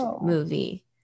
movie